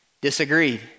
disagreed